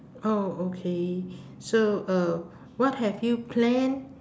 oh okay so uh what have you plan